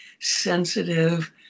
sensitive